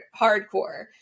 hardcore